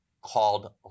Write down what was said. called